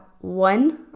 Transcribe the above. one